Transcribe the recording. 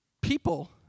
People